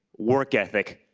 work ethic,